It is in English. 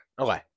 Okay